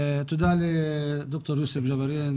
תודה לד"ר יוסף ג'בארין,